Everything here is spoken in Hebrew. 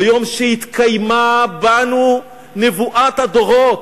ביום שהתקיימה בנו נבואת הדורות,